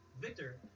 Victor